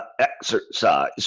exercise